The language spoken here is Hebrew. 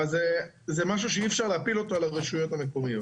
אז זה משהו שאי אפשר להפיל אותו על הרשויות המקומיות.